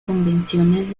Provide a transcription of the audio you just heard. convenciones